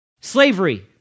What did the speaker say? slavery